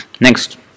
Next